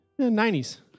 90s